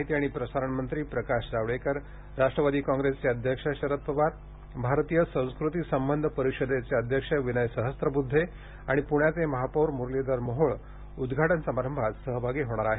माहिती आणि प्रसारण मंत्री प्रकाश जावडेकर राष्ट्रवादी काँग्रेसचे अध्यक्ष शरद पवार भारतीय संस्कृती संबंध परिषदेचे अध्यक्ष विनय सहस्रब्दधे आणि प्ण्याचे महापौर मुरलीधर मोहोळ उद्घाटन समारंआत सहभागी होणार आहेत